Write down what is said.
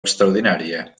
extraordinària